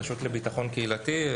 הרשות לביטחון קהילתי.